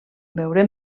veurem